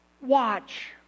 watch